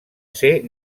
ser